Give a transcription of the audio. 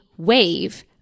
wave